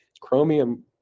Chromium